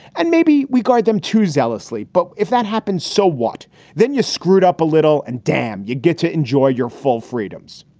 and maybe we guard them too zealously. but if that happens, so what then? you screwed up a little and damn, you get to enjoy your full freedoms.